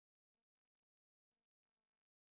the farm has a seesaw